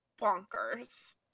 bonkers